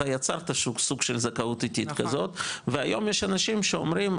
אתה יצרת סוג של זכאות איטית כזאת והיום יש אנשים שאומרים,